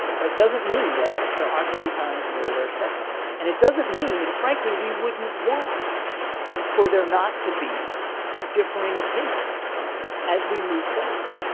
that doesn't mean that there aren't going to be times where there are setbacks, and it doesn't mean, and frankly, we wouldn't want for there not to be differing opinions as we move forward.